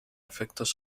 efectos